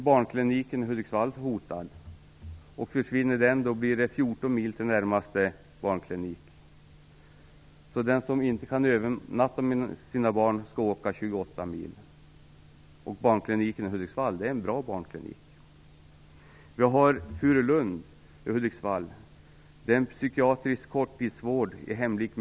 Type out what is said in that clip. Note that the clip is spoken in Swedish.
Barnkliniken i Hudiksvall är nu hotad. Försvinner den blir det 14 mil till närmaste barnklinik. Den som inte kan övernatta med sina barn får alltså resa 28 mil. Barnkliniken i Hudiksvall är en bra barnklinik. Vid Furulund i Hudiksvall bedriver man en psykiatrisk korttidsvård i hemmiljö.